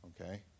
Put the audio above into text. Okay